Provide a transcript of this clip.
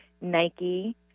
Nike